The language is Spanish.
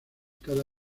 cada